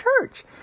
church